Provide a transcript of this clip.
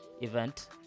event